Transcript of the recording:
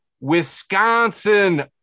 Wisconsin